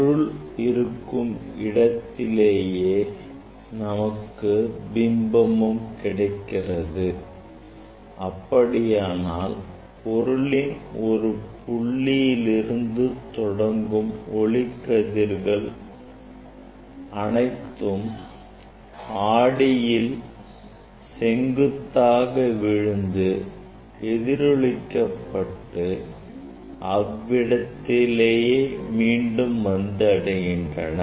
பொருள் இருக்கும் இடத்திலேயே நமக்கு பிம்பமும் கிடைக்கிறது அப்படியானால் பொருளின் ஒரு புள்ளியில் இருந்து தொடங்கும் ஒளிக்கதிர்கள் அனைத்தும் ஆடியில் செங்குத்தாக விழுந்து எதிரொலிக்க பட்டு இவ்விடத்தையே மீண்டும் வந்தடைகின்றன